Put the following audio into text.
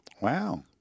Wow